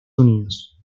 unidos